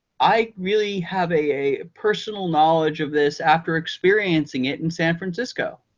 i really have a personal knowledge of this after experiencing it in san francisco.